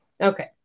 Okay